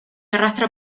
arrastra